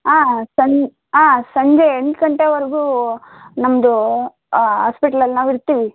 ಆಂ ಸನ್ ಆಂ ಸಂಜೆ ಎಂಟು ಗಂಟೆವರೆಗೂ ನಮ್ಮದು ಆಸ್ಪಿಟ್ಲಲ್ಲಿ ನಾವಿರ್ತೀವಿ